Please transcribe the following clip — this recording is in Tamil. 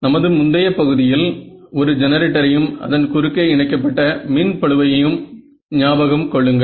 நமது முந்தைய பகுதியில் நான் ஒரு ஜெனரேட்டரையும் அதன் குறுக்கே இணைக்கப்பட்ட மின் பளுவையும் ஞாபகம் கொள்ளுங்கள்